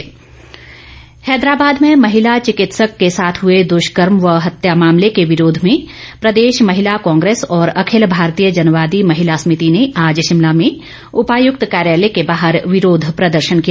विरोध प्रदर्शन हैदारबाद में महिला चिकित्सक के साथ हुए दुष्कर्म व हत्या मामले के विरोध में प्रदेश महिला कांग्रेस और अखिल भारतीय जनवादी महिला समिति ने आज शिमला में उपायुक्त कार्यालय के बाहर विरोध प्रदर्शन किया